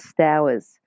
Stowers